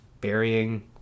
burying